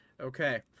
Okay